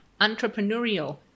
entrepreneurial